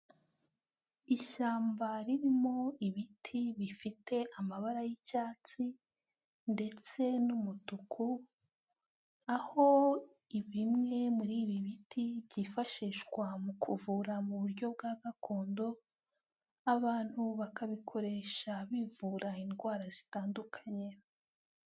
Ishyamba ririmo ibiti bifite amabara y'icyatsi ndetse n'umutuku, aho bimwe muri ibi biti byifashishwa mu kuvura mu buryo bwa gakondo, abantu bakabikoresha bivura indwara zitandukanye.